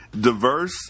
Diverse